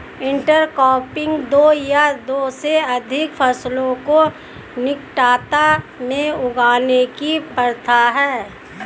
intercropping दो या दो से अधिक फसलों को निकटता में उगाने की प्रथा है